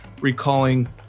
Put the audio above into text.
recalling